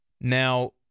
Now